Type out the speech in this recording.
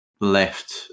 left